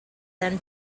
then